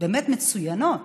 באמת מצוינות.